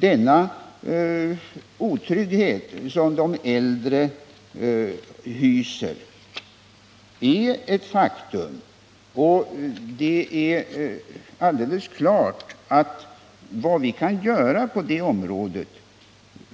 Den otrygghet som de äldre känner är ett faktum, och det är alldeles klart att vi bör göra vad vi kan på det här området